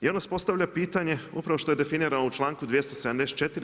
I onda se postavlja pitanje upravo što je definirano u članku 274.